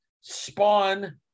Spawn